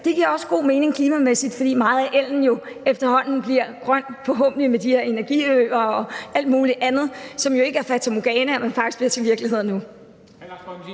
Det giver også god mening klimamæssigt, fordi meget el jo forhåbentlig efterhånden bliver grøn med de her energiøer og alt muligt andet, som ikke er et fatamorganaer, men faktisk bliver til virkelighed nu.